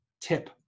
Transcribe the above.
tip